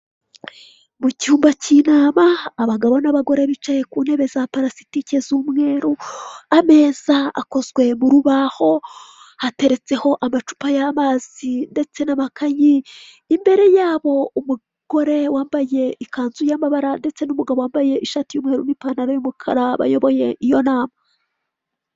Mu cyumba k'inama abagabo n'abagore bicaye ku ntebe za parasitike z'umweru, ameza akozwe mu rubaho, hateretseho amacupa y'amazi ndetse n'amakayi, imbere yabo umugore wambaye ikanzu y'amabara ndetse n'umugabo wambaye ishati y'umweru n'ipantaro y'umukara bayoboye iyo nama.